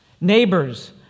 neighbors